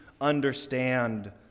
understand